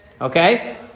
Okay